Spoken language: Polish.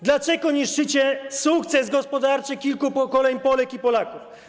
Dlaczego niszczycie sukces gospodarczy kilku pokoleń Polek i Polaków?